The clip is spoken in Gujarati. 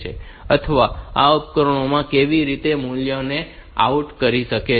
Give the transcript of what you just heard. અથવા આ ઉપકરણોમાં કેવી રીતે કેટલાક મૂલ્યોને આઉટપુટ કરી શકે છે